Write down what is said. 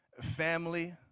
family